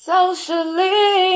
Socially